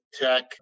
tech